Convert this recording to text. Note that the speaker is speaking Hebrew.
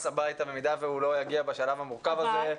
הביתה במידה שהוא לא יגיע בשלב המורכב הזה.